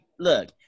Look